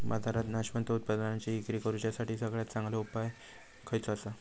बाजारात नाशवंत उत्पादनांची इक्री करुच्यासाठी सगळ्यात चांगलो उपाय खयचो आसा?